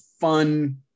fun